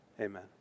Amen